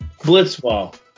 Blitzball